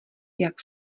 jak